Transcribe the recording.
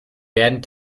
werden